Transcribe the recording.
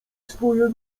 swoje